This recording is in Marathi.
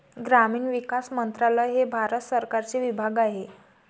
ग्रामीण विकास मंत्रालय हे भारत सरकारचे विभाग आहे